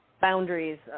boundaries